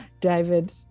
david